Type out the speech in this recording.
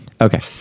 Okay